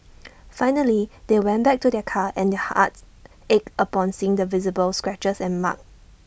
finally they went back to their car and their hearts ached upon seeing the visible scratches and marks